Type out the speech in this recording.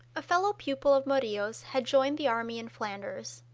a fellow pupil of murillo's had joined the army in flanders.